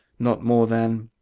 not more than.